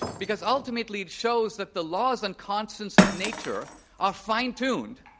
because ultimately it shows that the laws and constants of nature are fine-tuned,